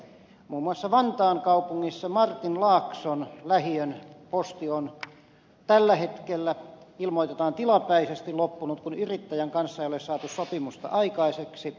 muun muassa ilmoitetaan että vantaan kaupungissa martinlaakson lähiön posti on tällä hetkellä tilapäisesti loppunut kun yrittäjän kanssa ei ole saatu sopimusta aikaiseksi